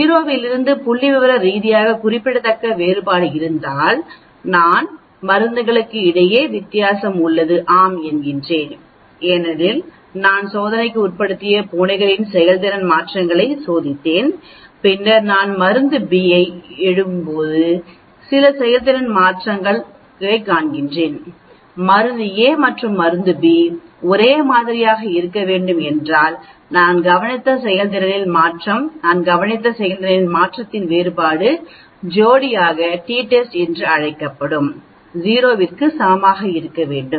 0 இலிருந்து புள்ளிவிவர ரீதியாக குறிப்பிடத்தக்க வேறுபாடு இருந்தால் நான் ஆம் என்று சொல்லலாம் மருந்து A மருந்து B இலிருந்து வேறுபட்டது ஏனெனில் நான் சோதனைக்கு உட்படுத்திய பூனைகளின் செயல்திறன் மாற்றங்களை சோதித்தேன் பின்னர் நான் மருந்து B ஐ கொடுக்கப் போகிறேன் சில செயல்திறன் மாற்றத்தைக் காண்கிறேன் மருந்து A மற்றும் மருந்து B ஒரே மாதிரியாக இருக்க வேண்டும் என்றால் நாம் கவனித்த செயல்திறன் மாற்றம் நாம் கவனித்த செயல்திறன் மாற்றத்தின் வேறுபாடு ஜோடியாக டி டெஸ்ட் என்று அழைக்கப்படும் 0 க்கு சமமாக இருக்க வேண்டும்